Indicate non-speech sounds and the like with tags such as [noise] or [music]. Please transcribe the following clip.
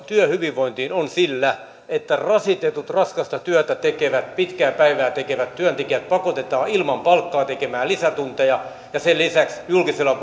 työhyvinvointiin on sillä että rasitetut raskasta työtä tekevät pitkää päivää tekevät työntekijät pakotetaan ilman palkkaa tekemään lisätunteja ja sen lisäksi julkisella [unintelligible]